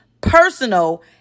personal